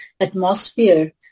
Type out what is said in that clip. atmosphere